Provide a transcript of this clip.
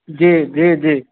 जी जी जी